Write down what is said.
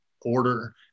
order